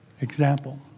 Example